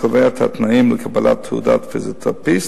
קובע את התנאים לקבלת תעודת פיזיותרפיסט,